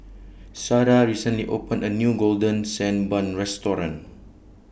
Sara recently opened A New Golden Sand Bun Restaurant